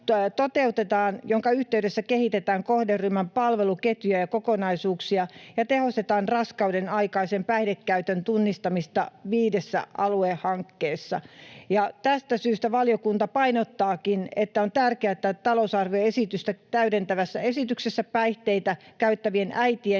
jonka yhteydessä kehitetään kohderyhmän palveluketjuja ja ‑kokonaisuuksia ja tehostetaan raskauden aikaisen päihdekäytön tunnistamista viidessä aluehankkeessa. Tästä syystä valiokunta painottaakin, että on tärkeää, että talousarvioesitystä täydentävässä esityksessä päihteitä käyttävien äitien